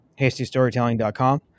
hastystorytelling.com